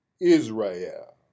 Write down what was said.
Israel